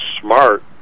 smart